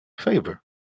favor